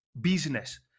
business